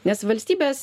nes valstybės